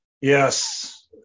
Yes